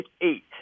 eight